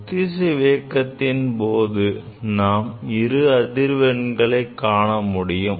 ஒத்திசைவு நிலையின்போது நாம் இரு அதிர்வெண்கள் இருப்பதை காணமுடியும்